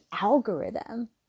algorithm